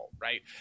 right